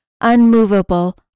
unmovable